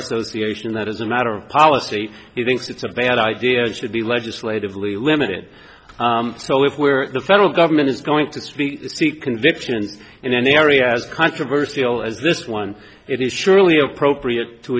association that as a matter of policy he thinks it's a bad idea and should be legislatively limited so if where the federal government is going to speak seek conviction in an area as controversial as this one it is surely appropriate to